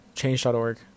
change.org